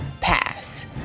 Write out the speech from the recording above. pass